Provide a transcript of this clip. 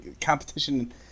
Competition